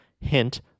hint